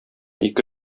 ике